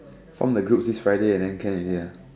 form the group this Friday and then can already ah